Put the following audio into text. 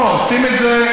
לא, עושים את זה,